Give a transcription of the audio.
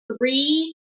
three